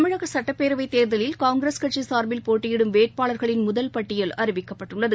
தமிழகசட்டப்பேரவைத் தேர்தலில் காங்கிரஸ் கட்சிசார்பில் போட்டியிடும் வேட்பாளர்களின் முதல் பட்டியல் அறிவிக்கப்பட்டுள்ளது